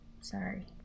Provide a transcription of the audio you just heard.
sorry